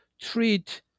treat